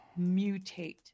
mutate